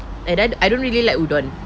and then I don't really like udon